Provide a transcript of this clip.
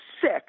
sick